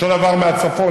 אותו דבר מהצפון,